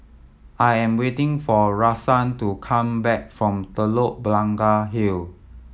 I am waiting for Rahsaan to come back from Telok Blangah Hill